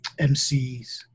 MCs